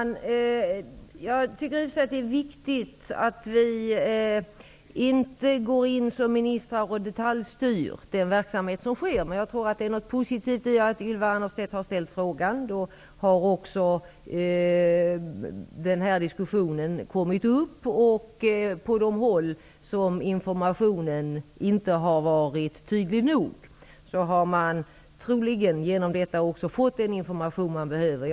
Herr talman! Jag tycker i och för sig att det är viktigt att i egenskap av minister inte detaljstyra verksamheten. Men det är positivt att Ylva Annerstedt har ställt frågan, så att den här diskussionen har kommit upp. På de håll som informationen inte har varit tydlig nog, har man troligen genom denna fråga också fått den information som man behöver.